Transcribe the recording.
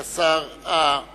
את השר המקשר,